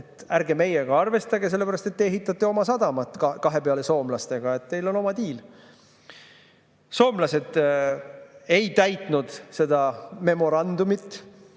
ärge meiega arvestage, sellepärast et te ehitate oma sadamat kahepeale soomlastega, teil on oma diil. Soomlased ei täitnud seda memorandumit